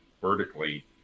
vertically